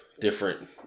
different